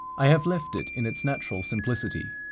i have left it in its natural simplicity.